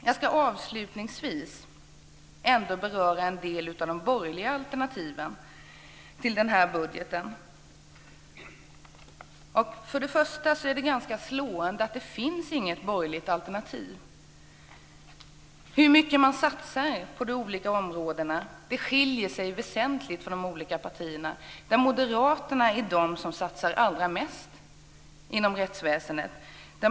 Jag ska avslutningsvis beröra en del av de borgerliga alternativen till den här budgeten. Först och främst är det ganska slående att det inte finns något borgerligt alternativ. Hur mycket man satsar på de olika områdena skiljer sig väsentligt för de olika partierna. Moderaterna är de som satsar allra mest inom rättsväsendet.